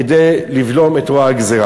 כדי לבלום את רוע הגזירה.